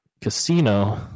Casino